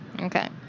Okay